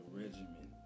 regimen